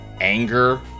anger